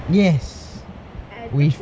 yes with